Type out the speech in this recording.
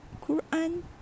Quran